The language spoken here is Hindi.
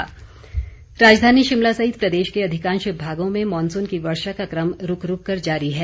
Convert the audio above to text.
मौसम राजधानी शिमला सहित प्रदेश के अधिकांश भागों में मॉनसून की वर्षा का क्रम रूक रूक कर जारी है